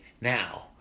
Now